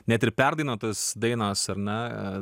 net ir perdainuotos dainos ar ne